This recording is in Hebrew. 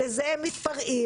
לזה הם מתפרעים.